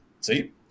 see